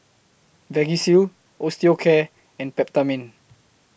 Vagisil Osteocare and Peptamen